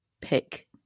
pick